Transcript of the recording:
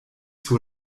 sur